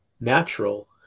natural